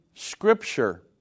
Scripture